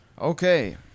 Okay